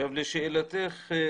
לשאלתך.